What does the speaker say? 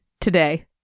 today